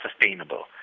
sustainable